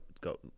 go